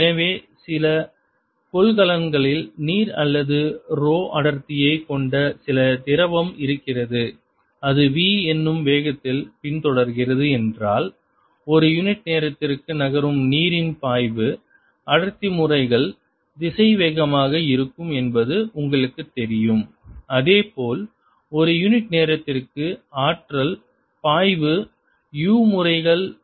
எனவே சில கொள்கலன்களில் நீர் அல்லது ரோ அடர்த்தியை கொண்ட சில திரவம் இருக்கிறது அது V என்னும் வேகத்தில் பின் தொடர்கிறது என்றால் ஒரு யூனிட் நேரத்திற்கு நகரும் நீரின் பாய்வு அடர்த்தி முறைகள் திசைவேகமாக இருக்கும் என்பது உங்களுக்கு தெரியும் அதேபோல ஒரு யூனிட் நேரத்திற்கு ஆற்றல் பாய்வு U முறைகள் C ஆக இருக்கிறது